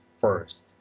first